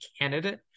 candidate